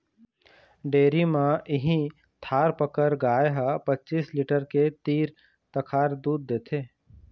dairy म इहीं थारपकर गाय ह पचीस लीटर के तीर तखार दूद देथे